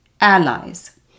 allies